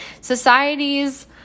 societies